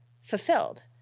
fulfilled